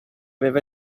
aveva